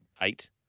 eight